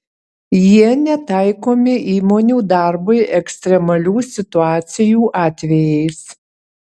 jie netaikomi įmonių darbui ekstremalių situacijų atvejais